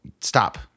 Stop